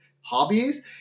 hobbies